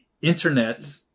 Internet